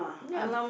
ya